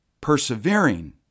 persevering